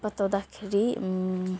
बताउँदाखेरि